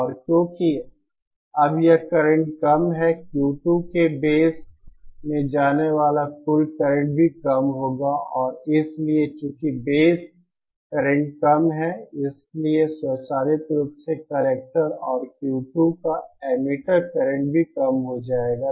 और क्योंकि अब यह करंट कम है Q2 के बेस में जाने वाला कुल करंट भी कम होगा और इसलिए चूंकि बेस करंट कम है इसलिए स्वचालित रूप से कलेक्टर और Q2 का एमिटर करंट भी कम हो जाएगा